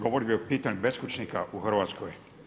Govorio bih o pitanju beskućnika u Hrvatskoj.